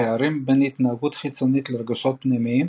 פערים בין התנהגות חיצונית לרגשות פנימיים